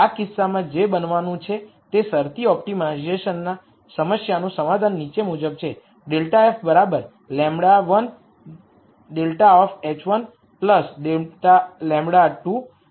આ કિસ્સામાં જે બનવાનું છે તે શરતી ઓપ્ટિમાઇઝેશન સમસ્યાનું સોલ્યુશન નીચે મુજબ છે ∇f λ 1 ∇ λ 2 ∇